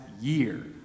year